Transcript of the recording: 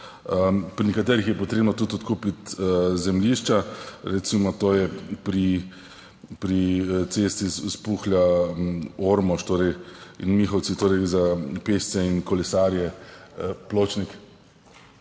Pri nekaterih je potrebno tudi odkupiti zemljišča, recimo to je pri, pri cesti Spuhlja-Ormož torej in Mihovci, torej za pešce in kolesarje, pločnik